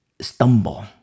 stumble